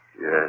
Yes